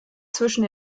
zwischen